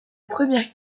première